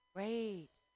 Great